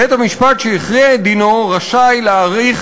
בית-המשפט שהכריע את דינו רשאי להאריך